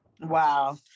Wow